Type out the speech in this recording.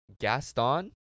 Gaston